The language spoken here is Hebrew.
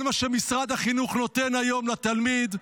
כל מה שמשרד החינוך נותן היום לתלמיד,